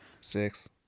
six